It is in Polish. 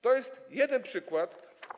To jest jeden przykład.